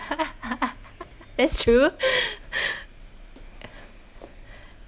that's true